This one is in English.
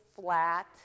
flat